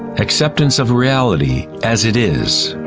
acceptance of reality as it is.